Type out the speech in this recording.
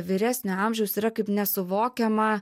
vyresnio amžiaus yra kaip nesuvokiama